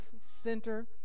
Center